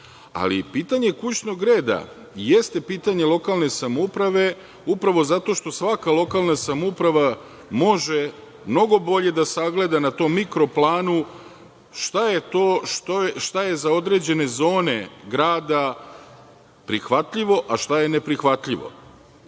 Ali, pitanje kućnog reda i jeste pitanje lokalne samouprave upravo zato što svaka lokalna samouprava može mnogo bolje da sagleda na tom mikroplanu šta je to šta je za određene zone grada prihvatljivo, a šta je neprihvatljivo. Pitanje